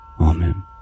Amen